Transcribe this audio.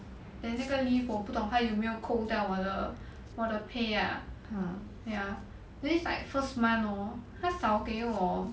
then 这个 leave 我不懂他有没有扣掉我的我的 pay ah then it's like first month hor 他少给我